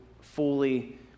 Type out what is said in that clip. fully